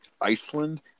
Iceland